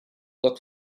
look